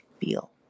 feel